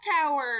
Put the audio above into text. tower